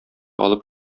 алып